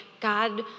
God